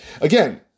again